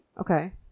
Okay